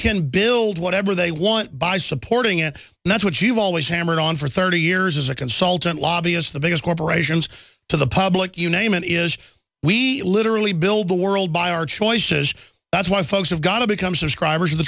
can build whatever they want by supporting it and that's what you've always hammered on for thirty years as a consultant lobbyist the biggest corporations to the public you name it is we literally build the world by our choices that's why folks have got to become subscribers